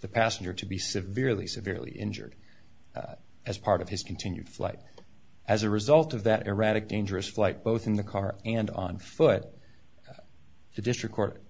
the passenger to be severely severely injured as part of his continued flight as a result of that erratic dangerous flight both in the car and on foot the district court